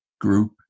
group